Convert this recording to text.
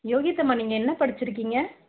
யோகித் அம்மா நீங்கள் என்ன படிச்சிருக்கீங்க